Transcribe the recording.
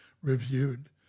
reviewed